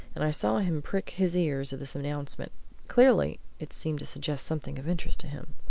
and i saw him prick his ears at this announcement clearly, it seemed to suggest something of interest to him.